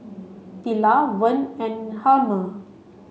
Tilla Vern and Hjalmer